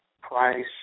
Price